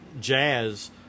Jazz